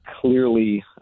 clearly